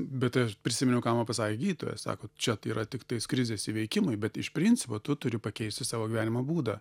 bet tai aš prisiminiau ką man pasakė gydytojas sako čia tai yra tiktais krizės įveikimui bet iš principo tu turi pakeisti savo gyvenimo būdą